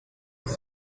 was